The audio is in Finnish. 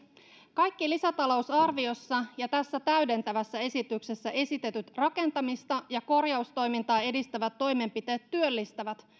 kaikki lisätalousarviossa ja tässä täydentävässä esityksessä esitetyt rakentamista ja korjaustoimintaa edistävät toimenpiteet työllistävät